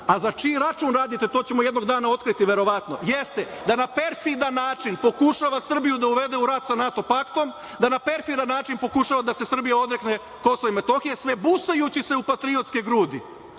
a za čiji račun, to ćemo jednog dana otkriti verovatno, jeste, da na perfidan način pokušava Srbiju da uvede sa NATO paktom, da na perfidan način pokušava da se Srbija odrekne Kosova i Metohije sve busajući se u patriotske grudi.